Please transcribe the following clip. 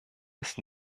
ist